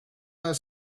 her